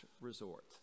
resort